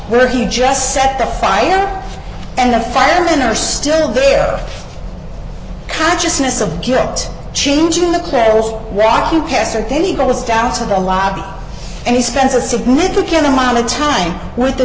where he just set the fire and the firemen are still there of consciousness of guilt changing the barrel rocky pastor then he goes down to the lobby and he spends a significant amount of time with the